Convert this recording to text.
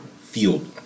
field